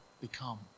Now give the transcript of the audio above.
become